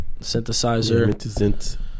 synthesizer